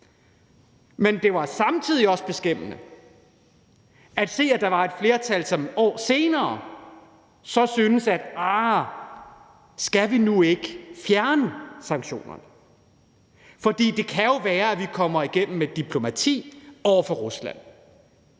men det var samtidig beskæmmende at se, at der år senere var et flertal, som syntes, at vi skulle fjerne sanktionerne, og som sagde: Det kan jo være, at vi kommer igennem med diplomati over for Rusland,